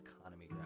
economy